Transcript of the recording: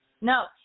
No